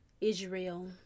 Israel